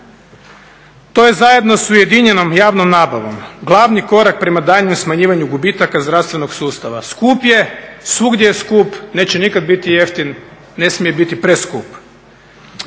je zajedno sa ujedinjenom javnom nabavom glavni korak prema daljnjem smanjivanju gubitaka zdravstvenog sustava. Skup je, svugdje je skup, neće nikad biti jeftin, ne smije biti preskup.